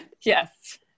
Yes